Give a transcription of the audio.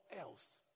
else